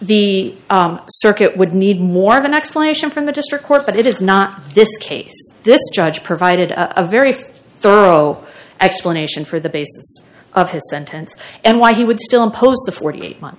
the circuit would need more of an explanation from the district court but it is not the case this judge provided a very thorough explanation for the basis of his sentence and why he would still impose the forty eight month